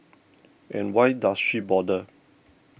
and why does she bother